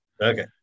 Okay